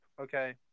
okay